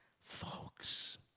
Folks